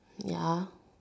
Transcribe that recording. ya